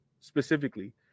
specifically